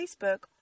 Facebook